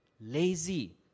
lazy